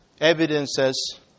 evidences